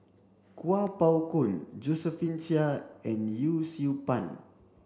Kuo Pao Kun Josephine Chia and Yee Siew Pun